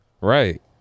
right